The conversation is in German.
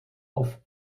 auf